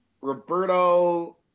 Roberto